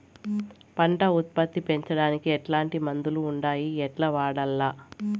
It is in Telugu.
పంట ఉత్పత్తి పెంచడానికి ఎట్లాంటి మందులు ఉండాయి ఎట్లా వాడల్ల?